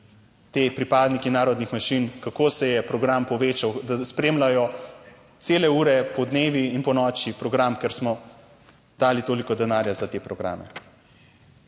te pripadniki narodnih manjšin, kako se je program povečal, da spremljajo cele ure podnevi in ponoči program, ker smo dali toliko denarja za te programe.